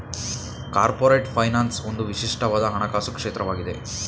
corporate finance ಒಂದು ವಿಶಿಷ್ಟವಾದ ಹಣಕಾಸು ಕ್ಷೇತ್ರವಾಗಿದೆ